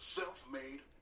self-made